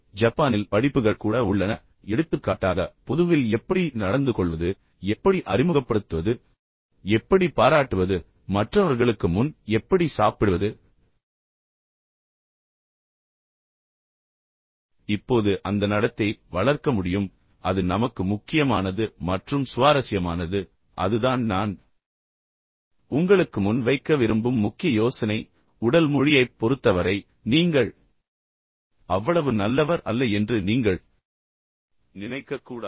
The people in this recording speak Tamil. எனவே ஜப்பானில் படிப்புகள் கூட உள்ளன எடுத்துக்காட்டாக பொதுவில் எப்படி நடந்துகொள்வது எப்படி அறிமுகப்படுத்துவது எப்படி பாராட்டுவது மற்றவர்களுக்கு முன் எப்படி சாப்பிடுவது எனவே இப்போது அந்த நடத்தையை வளர்க்க முடியும் அது நமக்கு முக்கியமானது மற்றும் சுவாரஸ்யமானது அதுதான் நான் உங்களுக்கு முன் வைக்க விரும்பும் முக்கிய யோசனை உடல் மொழியைப் பொறுத்தவரை நீங்கள் அவ்வளவு நல்லவர் அல்ல என்று நீங்கள் நினைக்கக்கூடாது